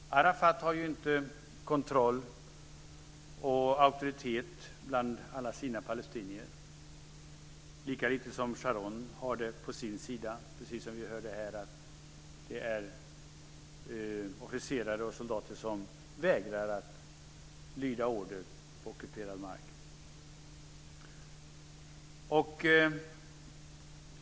Arafat har inte kontroll och auktoritet bland alla sina palestinier, lika lite som Sharon har det på sin sida. Som vi hörde här är det officerare och soldater som vägrar att lyda order på ockuperad mark.